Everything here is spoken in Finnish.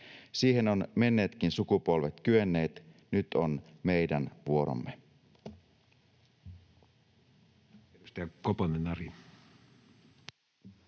Siihen ovat menneetkin sukupolvet kyenneet, nyt on meidän vuoromme.